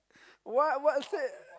what what said